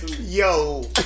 Yo